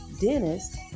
Dennis